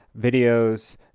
videos